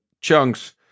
chunks